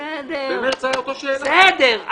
בסדר.